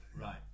Right